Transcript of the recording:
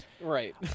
Right